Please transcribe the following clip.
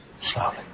slowly